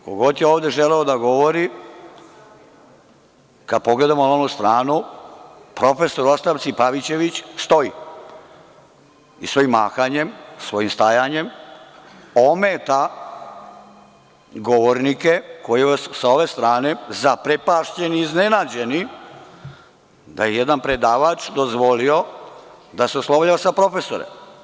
Ko god je ovde želeo da govori, kada pogledamo na ovu stranu, profesor u ostavci Pavićević, stoji i svojim mahanjem, stajanjem, ometa govornike koji su sa ove strane zaprepašćeni i iznenađeni da je jedan predavač dozvolio da se oslovljava sa „profesore“